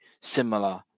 similar